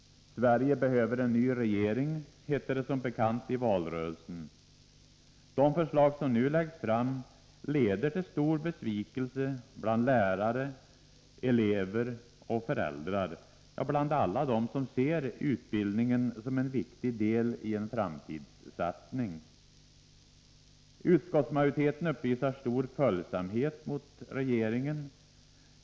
”Sverige behöver en ny regering”, hette det som bekant i valrörelsen. De förslag som nu läggs fram leder till stor besvikelse bland lärare, elever och föräldrar — ja, bland alla som ser utbildningen som en viktig del i en framtidssatsning. Utskottsmajoriteten uppvisar stor följsamhet mot regeringen.